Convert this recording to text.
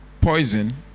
poison